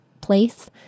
place